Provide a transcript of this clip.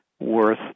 worth